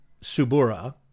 Subura